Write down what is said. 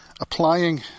applying